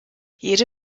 jede